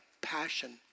passion